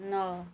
ନଅ